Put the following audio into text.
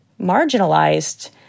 marginalized